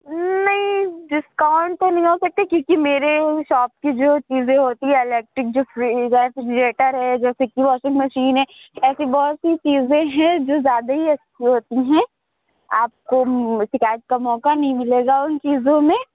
نہیں ڈسکاؤنٹ تو نہیں ہو سکتی کیونکہ میرے شاپ کی جو چیزیں ہوتی ہے الیکٹرک جو فریج ریفجریٹر ہے جیسے کہ واشنگ مشین ہے ایسی بہت سی چیزیں ہیں جو زیادہ ہی اچھی ہوتی ہیں آپ کو شکایت کا موقع نہیں ملے گا ان چیزوں میں